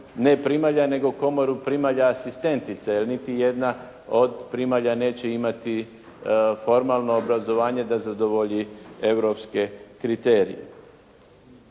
ne primalja, nego primalja asistentica, jer niti jedna od primalja neće imati formalno obrazovanje da zadovolji europske kriterije.